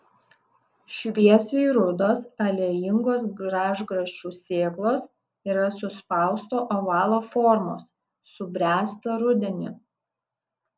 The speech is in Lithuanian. šviesiai rudos aliejingos gražgarsčių sėklos yra suspausto ovalo formos subręsta rudenį